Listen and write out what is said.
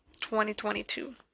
2022